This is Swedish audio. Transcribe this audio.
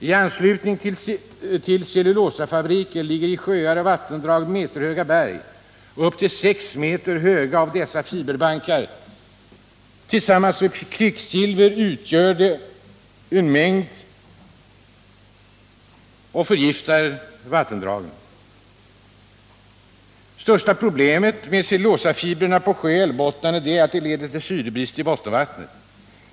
I anslutning till cellulosafabriker ligger i sjöar och vattendrag upp till sex meter höga fiberbankar, som tillsammans med kvicksilver i mängd förgiftar vattenområdena. Största problemet med cellulosafibrerna på sjöoch älvbottnarna är att de leder till syrebrist i bottenvattnet.